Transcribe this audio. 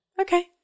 Okay